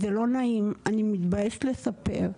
זה לא נעים, אני מתביישת לספר.